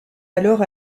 alors